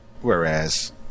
whereas